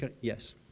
yes